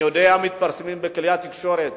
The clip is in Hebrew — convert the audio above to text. אני יודע שמפרסמים בכלי התקשורת